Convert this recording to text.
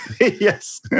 Yes